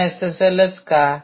open एसएसएलच का